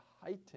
heighten